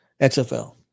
XFL